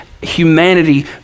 humanity